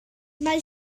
mae